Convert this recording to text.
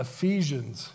Ephesians